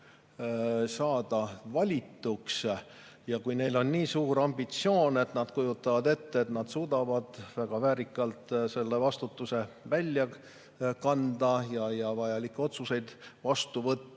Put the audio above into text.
saada valituks ja kui neil on nii suur ambitsioon, et nad kujutavad ette, et nad suudavad väga väärikalt selle vastutuse välja kanda ja vajalikke otsuseid vastu võtta,